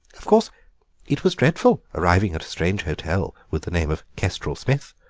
of course it was dreadful arriving at a strange hotel with the name of kestrel-smith,